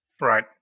Right